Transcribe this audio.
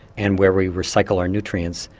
and where we recycle our nutrients,